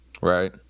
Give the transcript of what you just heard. Right